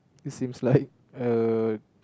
it seems like uh